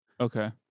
Okay